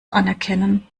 anerkennen